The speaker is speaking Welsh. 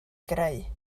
greu